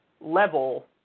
level